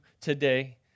today